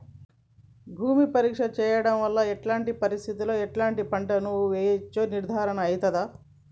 భూమి పరీక్ష చేయించడం వల్ల ఎలాంటి పరిస్థితిలో ఎలాంటి పంటలు వేయచ్చో నిర్ధారణ అయితదా?